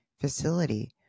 facility